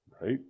Right